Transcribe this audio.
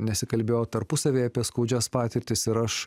nesikalbėjo tarpusavyje apie skaudžias patirtis ir aš